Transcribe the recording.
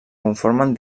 conformen